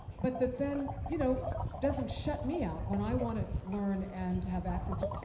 but that then, you know doesn't shut me out when i wanna learn and have access to.